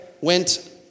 went